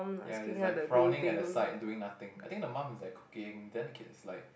ya is like frowning at the side doing nothing I think the mum is like cooking then the kid is like